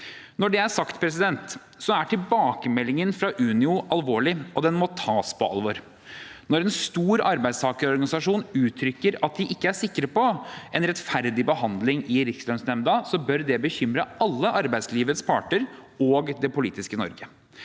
Når det er sagt, er tilbakemeldingen fra Unio alvorlig, og den må tas på alvor. Når en stor arbeidstakerorganisasjon uttrykker at de ikke er sikre på en rettferdig behandling i Rikslønnsnemnda, bør det bekymre alle arbeidslivets parter og det politiske Norge.